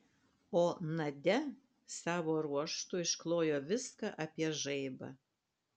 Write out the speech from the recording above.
o nadia savo ruožtu išklojo viską apie žaibą